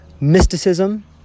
Mysticism